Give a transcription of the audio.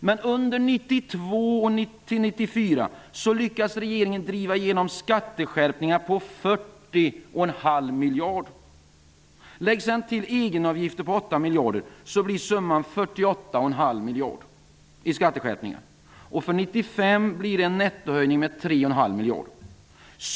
Men under åren 1992 till 1994 lyckades regeringen driva igenom skatteskärpningar på 40,5 miljarder kronor. Lägg sedan till egenavgifter på 8 miljarder kronor. Då blir summan 48,5 miljarder kronor i skatteskärpningar. För år 1995 blir det en nettohöjning med 3,5 miljarder kronor.